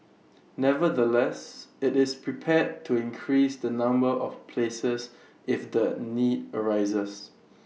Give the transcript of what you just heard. nevertheless IT is prepared to increase the number of places if the need arises